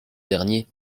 dernier